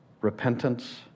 repentance